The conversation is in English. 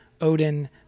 Odin